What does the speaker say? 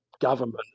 government